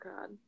God